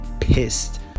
pissed